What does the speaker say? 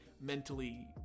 mentally